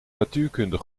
natuurkunde